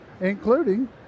including